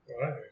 Right